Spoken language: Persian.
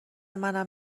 منم